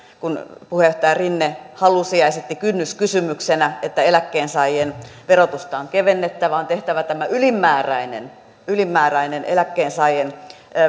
kun puheenjohtaja rinne halusi ja esitti kynnyskysymyksenä että eläkkeensaajien verotusta on kevennettävä on tehtävä tämä ylimääräinen ylimääräinen eläkkeensaajien